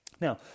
Now